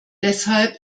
deshalb